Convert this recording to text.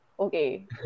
Okay